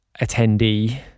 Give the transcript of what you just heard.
attendee